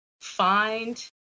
find